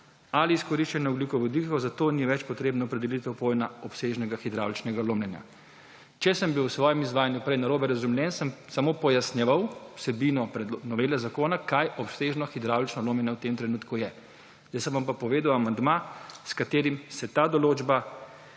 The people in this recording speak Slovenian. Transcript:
ali izkoriščanja ogljikovodikov, zato ni več potrebna opredelitev pojma obsežnega hidravličnega lomljenja. Če sem bil v svojem izvajanju prej narobe razumljen, sem samo pojasnjeval vsebino novele zakona, kaj obsežno hidravlično lomljenje v tem trenutku je. **31. TRAK: (VP) 11.30** (nadaljevanje) Jaz sem vam pa povedal amandma, s katerim se ta določba